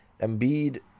Embiid